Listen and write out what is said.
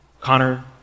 Connor